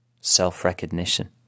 self-recognition